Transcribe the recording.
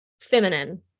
feminine